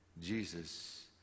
Jesus